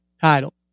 title